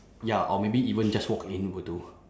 ya or maybe even just walk in will do